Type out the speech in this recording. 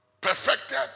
perfected